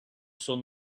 son